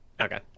Okay